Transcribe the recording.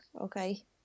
okay